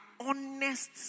honest